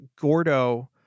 gordo